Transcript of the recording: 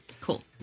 cool